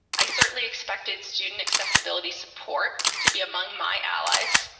i certainly expected student accessibility support to be among my allies,